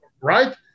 right